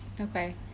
Okay